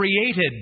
created